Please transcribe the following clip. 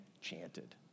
chanted